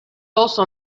also